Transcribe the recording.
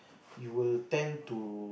you will tend to